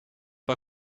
pas